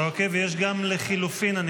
ויש גם לחלופין.